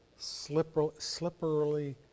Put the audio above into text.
slipperily